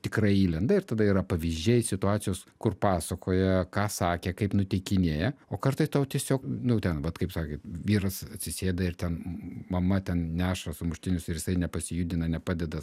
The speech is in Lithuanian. tikrai įlenda ir tada yra pavyzdžiai situacijos kur pasakoja ką sakė kaip nuteikinėja o kartais tau tiesiog nu ten vat kaip sakėt vyras atsisėda ir ten mama ten neša sumuštinius ir jisai nepasijudina nepadeda